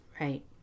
Right